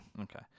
Okay